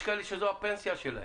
יש כאלה שזו הפנסיה שלהם.